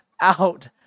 out